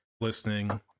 listening